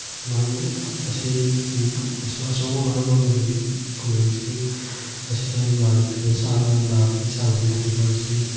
ꯃꯔꯝ ꯑꯁꯤꯅꯁꯨ ꯑꯆꯧꯕ ꯃꯔꯝ ꯑꯃꯅꯤ ꯈꯨꯡꯒꯪꯁꯤꯡ ꯑꯁꯤꯗ ꯃꯥꯜꯅ꯭ꯌꯨꯇ꯭ꯔꯤꯁꯟ ꯅꯥꯕꯒꯤ ꯆꯥꯡ ꯍꯟꯊꯔꯤꯕ ꯑꯁꯤ